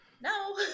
no